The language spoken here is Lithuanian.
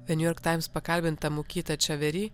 the new york times pakalbinta mokyta čiavery